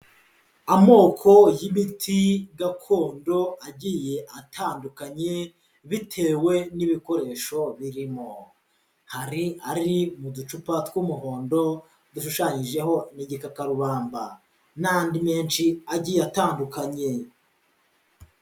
Amoko y'ibiti gakondo agiye atandukanye bitewe n'ibikoresho birimo, hari ari mu ducupa tw'umuhondo dushushanyijeho n'igikatarubamba n'andi menshi agiye atandukanye.